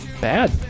bad